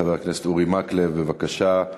חבר הכנסת אורי מקלב, בבקשה.